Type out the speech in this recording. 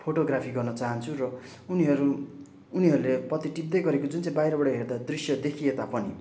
photography गर्न चाहन्छु र उनीहरू उनीहरूले पत्ती टिप्दै गरेको जुन चाहिँ बाहिरबाट हेर्दा दृश्य देखिए तापनि